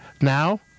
Now